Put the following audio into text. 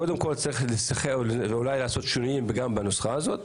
קודם כל צריך ל --- ואולי לעשות שינויים גם בנוסחה הזאת,